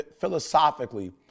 philosophically